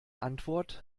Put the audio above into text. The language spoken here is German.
antwort